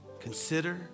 consider